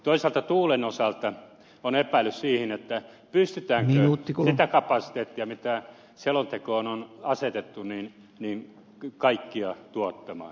toisaalta tuulen osalta on epäilys siitä pystytäänkö kaikkea sitä kapasiteettia mikä selontekoon on asetettu tuottamaan